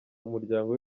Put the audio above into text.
umuryango